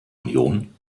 union